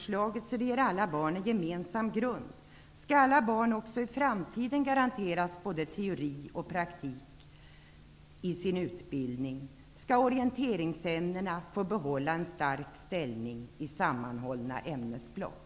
Skall orienteringsämnena få behålla en stark ställning i sammanhållna ämnesblock?